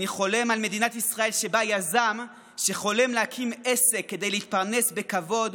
אני חולם על מדינת ישראל שבה יזם החולם להקים עסק כדי להתפרנס בכבוד,